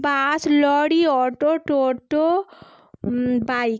bus lorry auto toto bike